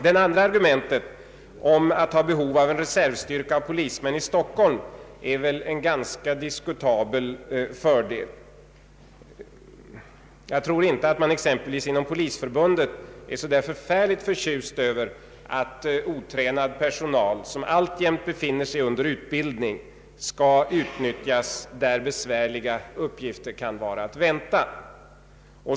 Det andra argumentet, om behov av en reservstyrka av polismän i Stockholm, är väl också ganska diskutabelt. Jag tror inte att man exempelvis inom Polisförbundet är så förtjust över att otränad personal, som alltjämt befinner sig under utbildning, skall utnyttjas där besvärliga uppgifter kan vara att vänta.